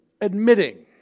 admitting